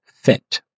fit